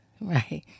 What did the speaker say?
Right